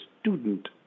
student